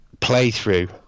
playthrough